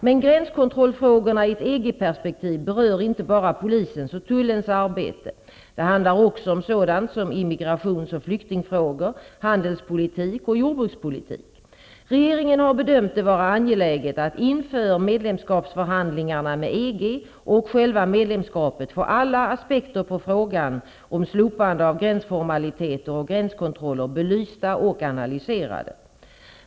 Men gränskontrollfrågorna i ett EG-perspektiv berör inte bara polisens och tullens arbete. Det handlar också om sådant som immigrations och flyktingfrågor, handelspolitik och jordbrukspolitik. Regeringen har bedömt det vara angeläget att inför medlemskapsförhandlingarna med EG och själva medlemskapet få alla aspekter på frågan om slopande av gränsformaliteter och gränskontroller belysta och analyserade.